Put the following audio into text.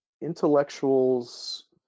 intellectuals